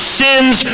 sins